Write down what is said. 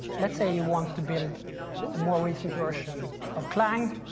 let's say you want to build a more recent version of client,